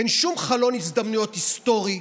אין שום חלון הזדמנויות היסטורי.